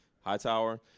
Hightower